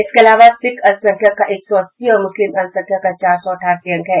इसके अलावा सिख अल्पसंख्यक का एक सौ अस्सी और मुस्लिम अल्पसंख्यक का चार सौ अठासी अंक है